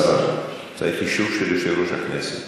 צריך אישור של יושב-ראש הכנסת.